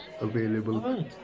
available